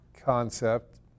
concept